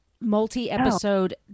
multi-episode